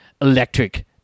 electric